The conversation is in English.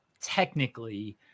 technically